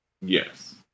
Yes